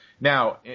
Now